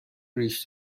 ریش